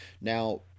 Now